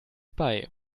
bei